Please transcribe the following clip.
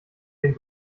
den